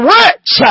rich